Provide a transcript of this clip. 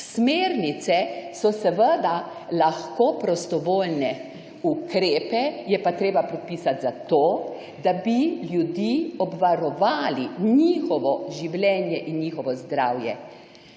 Smernice so seveda lahko prostovoljne, ukrepe je pa treba podpisati zato, da bi ljudje obvarovali njihovo življenje in njihovo zdravje.